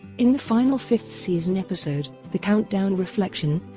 in the final fifth-season episode the countdown reflection,